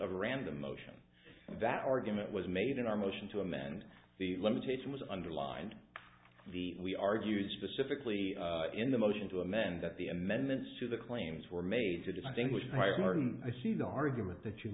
of random motion that argument was made in our motion to amend the limitation was underlined the we argued specifically in the motion to amend that the amendments to the claims were made to distinguish prior gordon i see the argument that you